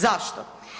Zašto?